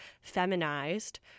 feminized